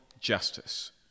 justice